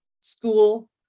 school